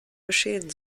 geschehen